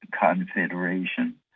Confederation